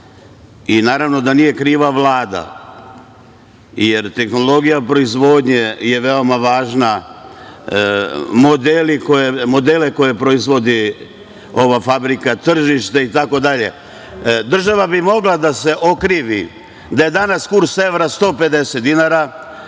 Naravno da nije kriva Vlada jer tehnologija proizvodnje je veoma važna, modele koje proizvodi ova fabrika, tržište itd. Država bi mogla da se okrivi da je danas kurs evra 150 dinara,